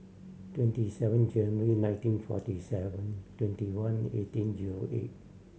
twenty seven January nineteen forty seven twenty one eighteen zero eight